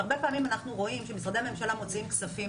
הרבה פעמים אנחנו רואים שמשרדי ממשלה מוציאים כספים